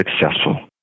successful